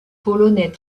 polonais